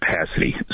capacity